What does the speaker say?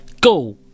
Go